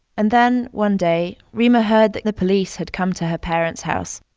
and then one day, reema heard that the police had come to her parents' house.